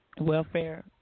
welfare